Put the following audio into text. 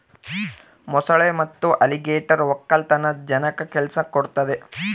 ಮೊಸಳೆ ಮತ್ತೆ ಅಲಿಗೇಟರ್ ವಕ್ಕಲತನ ಜನಕ್ಕ ಕೆಲ್ಸ ಕೊಡ್ತದೆ